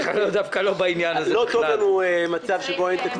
לא טוב לנו מצב שבו אין תקציב.